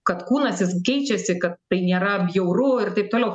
kad kūnas jis keičiasi kad tai nėra bjauru taip toliau